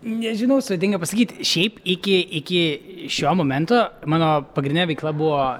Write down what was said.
nežinau sudėtinga pasakyti šiaip iki iki šio momento mano pagrindinė veikla buvo